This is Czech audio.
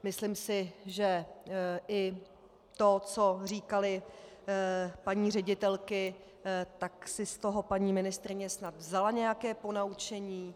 Myslím si, že i to, co říkaly paní ředitelky, tak si z toho paní ministryně vzala nějaké ponaučení.